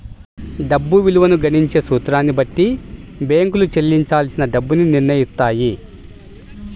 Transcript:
డబ్బు విలువను గణించే సూత్రాన్ని బట్టి బ్యేంకులు చెల్లించాల్సిన డబ్బుని నిర్నయిత్తాయి